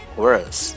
words